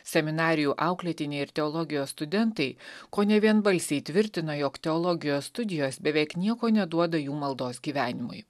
seminarijų auklėtiniai ir teologijos studentai kone vienbalsiai tvirtina jog teologijos studijos beveik nieko neduoda jų maldos gyvenimui